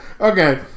Okay